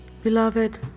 Beloved